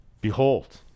Behold